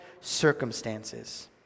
circumstances